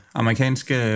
amerikanske